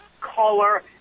color